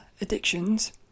addictions